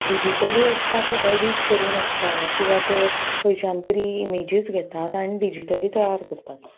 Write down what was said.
digitally आसता ते edit करून आसता किंवां ते खंयच्यान तरी इमेजीस घेतात आनी डिजीटली तयार करतात